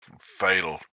Fatal